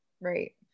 Right